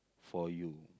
for you